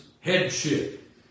headship